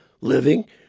living